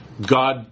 God